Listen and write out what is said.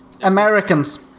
Americans